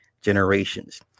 generations